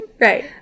Right